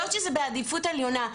ועוד שזה בעדיפות עליונה.